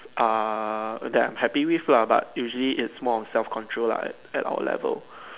are that I'm happy with lah but usually it's more of self control lah at our level